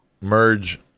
Merge